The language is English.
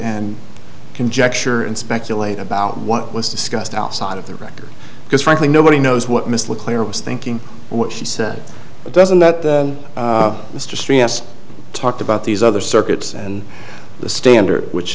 and conjecture and speculate about what was discussed outside of the record because frankly nobody knows what miss le claire was thinking what she said doesn't that mr strauss talked about these other circuits and the standard which